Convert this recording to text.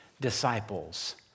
disciples